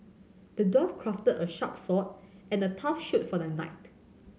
the dwarf crafted a sharp sword and a tough shield for the knight